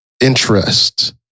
interest